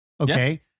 Okay